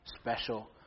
special